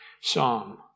psalm